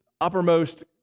uppermost